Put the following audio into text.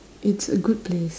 it's a good place